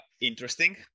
interesting